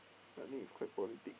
I think it's quite politic